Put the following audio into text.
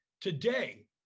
Today